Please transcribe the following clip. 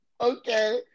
Okay